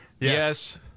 Yes